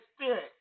spirit